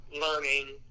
learning